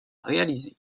réalisée